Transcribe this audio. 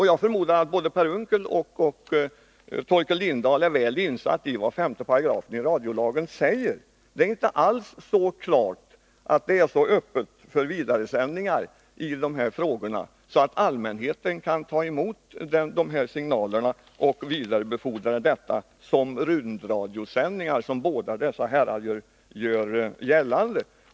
Jag förmodar att både Per Unckel och Torkel Lindahl är väl insatta i vad 5 § radiolagen säger. Det är inte alls klart att det är så öppet för vidaresändningar att allmänheten kan ta emot de här signalerna och vidarebefordra dem som rundradiosändningar, som båda dessa herrar gör gällande.